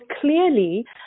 clearly